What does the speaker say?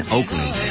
Oakland